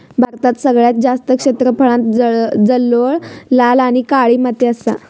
भारतात सगळ्यात जास्त क्षेत्रफळांत जलोळ, लाल आणि काळी माती असा